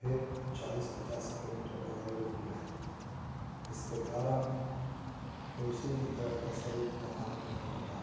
फिर चालीस पचास किलोमीटर पर गाड़ी रोक लें इसके कारण किसी भी तरह का शरीर पर हानि नहीं होगा